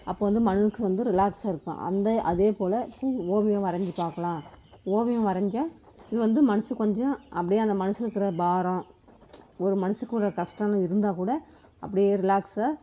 அப்போ வந்து மனது வந்து ரிலாக்ஸாக இருக்கும் அந்த அதே போல் இப்போ ஓவியம் வரைஞ்சி பார்க்கலாம் ஓவியம் வரைஞ்சா இது வந்து மனதுக்கு கொஞ்சம் அப்படியே அந்த மனசில் இருக்கிற பாரம் ஒரு மனதுக்குள்ள கஷ்டன்னு இருந்தால் கூட அப்படியே ரிலாக்ஸாக